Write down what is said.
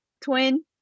twin